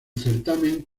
certamen